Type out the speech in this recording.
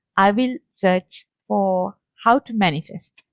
i will search for how to manifest.